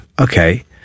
okay